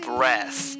Breath